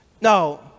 No